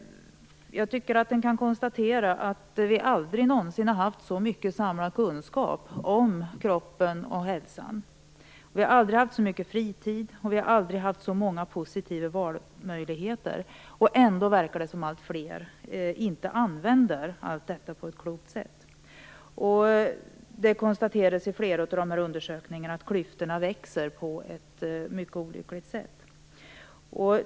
Vi har aldrig någonsin haft så mycket samlad kunskap om kroppen och hälsan. Vi har aldrig haft så mycket fritid och så många positiva valmöjligheter. Ändå verkar det som att alltfler inte utnyttjar detta på ett klokt sätt. Det konstateras i flera undersökningar att klyftorna växer på ett mycket olyckligt sätt.